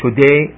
today